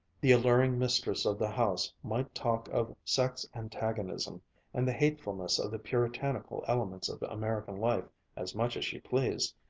the alluring mistress of the house might talk of sex-antagonism and the hatefulness of the puritanical elements of american life as much as she pleased.